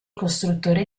costruttore